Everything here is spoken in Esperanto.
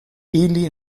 ili